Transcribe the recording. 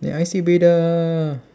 aiseh bedah